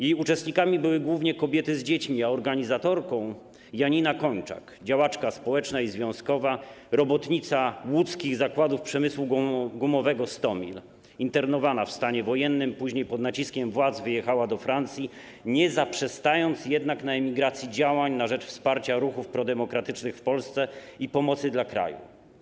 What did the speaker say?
Jej uczestnikami były głównie kobiety z dziećmi, a organizatorką Janina Kończak, działaczka społeczna i związkowa, robotnica Łódzkich Zakładów Przemysłu Gumowego „Stomil”, internowana podczas stanu wojennego, która później pod naciskiem władz wyjechała do Francji, nie zaprzestając jednak na emigracji działań na rzecz wsparcia ruchów prodemokratycznych w Polsce i pomocy dla kraju.